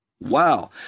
Wow